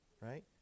right